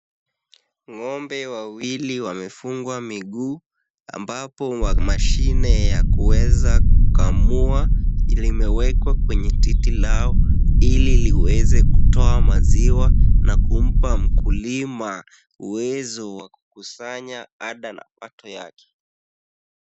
Ng'ombe wawili wamefungwa miguu, ambapo mashine ya kuweza kukamua imewekwa kwenye titi lao, ili liweze kutoa maziwa na kumpa mkulima uwezo wa kukusanya ada na pato yake.